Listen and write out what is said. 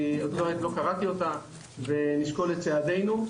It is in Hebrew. אני עוד לא קראתי אותה ונשקול את צעדינו.